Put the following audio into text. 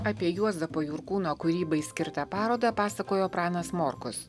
apie juozapo jurkūno kūrybai skirtą parodą pasakojo pranas morkus